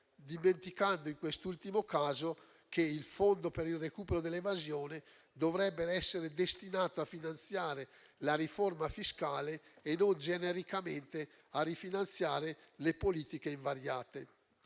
dimenticando in quest'ultimo caso che il fondo per il recupero dell'evasione dovrebbe essere destinato a finanziare la riforma fiscale e non genericamente a rifinanziare le politiche invariate.